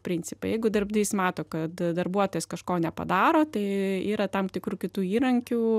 principai jeigu darbdavys mato kad darbuotojas kažko nepadaro tai yra tam tikrų kitų įrankių